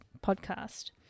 podcast